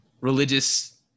religious